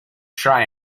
try